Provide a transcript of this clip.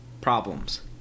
problems